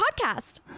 podcast